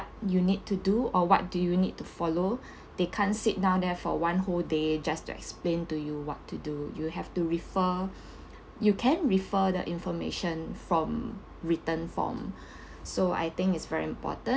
you need to do or what do you need to follow they can't sit down there for one whole day just to explain to you what to do you have to refer you can refer the information from written form so I think it's very important